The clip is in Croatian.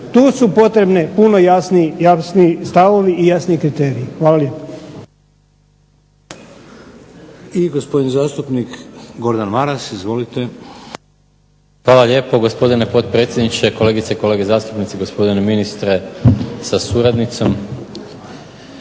Tu su potrebni puno jasniji stavovi i jasniji kriteriji. Hvala lijepo.